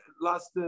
last